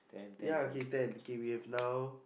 ya okay ten okay we have now